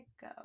go